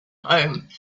home